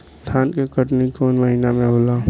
धान के कटनी कौन महीना में होला?